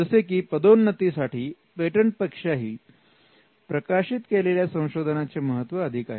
जसे की पदोन्नतीसाठी पेटंट पेक्षाही प्रकाशित केलेल्या संशोधनाचे महत्त्व अधिक आहे